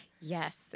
Yes